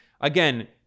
Again